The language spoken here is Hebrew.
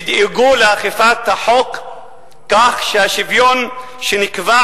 ידאגו לאכיפת החוק כך שהשוויון שנקבע